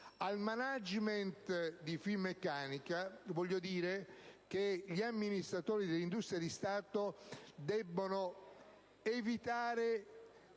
Al *management* di Fincantieri voglio dire che gli amministratori dell'industria di Stato debbono evitare